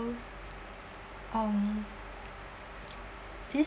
um this